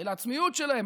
אל העצמיות שלהם,